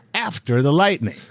after the lightning.